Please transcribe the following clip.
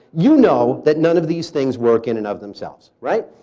you know that none of these things work in and of themselves, right.